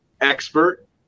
expert